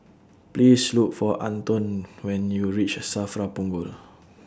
Please Look For Anton when YOU REACH SAFRA Punggol